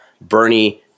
Bernie